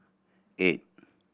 eight